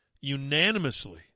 Unanimously